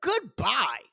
Goodbye